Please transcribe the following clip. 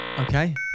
Okay